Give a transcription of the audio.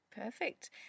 Perfect